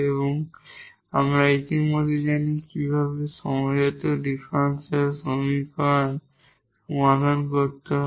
এবং আমরা ইতিমধ্যে জানি কিভাবে সমজাতীয় ডিফারেনশিয়াল সমীকরণ সমাধান করতে হয়